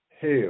hell